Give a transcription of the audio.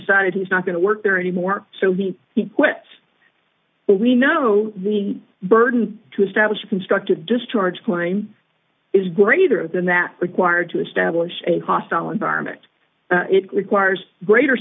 decided he's not going to work there anymore so he quits but we know the burden to establish a constructive discharge claim is greater than that required to establish a hostile environment it requires greater